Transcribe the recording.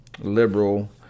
liberal